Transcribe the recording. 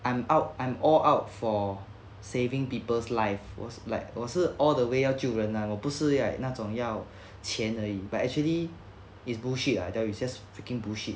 I am out I'm all out for saving people's life 我是 like 我是 all the way 要救人 ah 我不是 like 那种要钱而已 like actually is bullshit lah just freaking bullshit